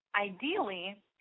ideally